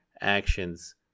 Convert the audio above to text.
actions